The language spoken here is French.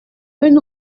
une